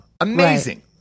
Amazing